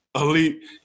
Elite